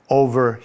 over